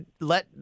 let